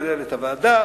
מנהלת הוועדה,